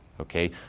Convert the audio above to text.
okay